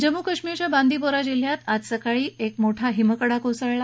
जम्मू कश्मीरच्या बांदीपोरा जिल्ह्यात आज सकाळी मोठा हिमकडा कोसळला